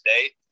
today